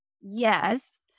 yes